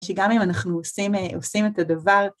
שגם אם אנחנו עושים את הדבר...